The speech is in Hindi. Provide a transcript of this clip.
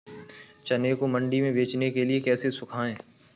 चने को मंडी में बेचने के लिए कैसे सुखाएँ?